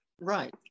Right